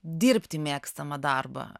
dirbti mėgstamą darbą